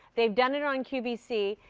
they've done it on qvc.